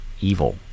evil